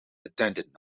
attended